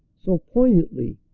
so poignantly,